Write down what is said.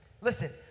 Listen